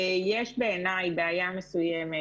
יש בעיניי בעיה מסוימת